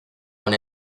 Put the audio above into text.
con